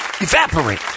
evaporate